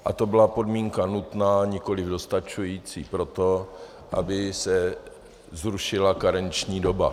A to byla podmínka nutná, nikoliv dostačující pro to, aby se zrušila karenční doba.